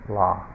law